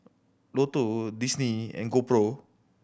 Lotto Disney and GoPro